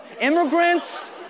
immigrants